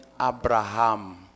Abraham